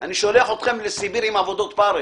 - אני שולח אתכם לסיביר עם עבודות פרך,